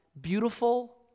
beautiful